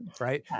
Right